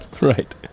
Right